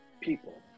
people